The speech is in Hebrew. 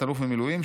תא"ל במילואים,